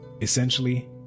Essentially